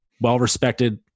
well-respected